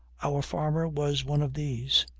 our farmer was one of these.